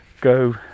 go